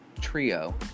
trio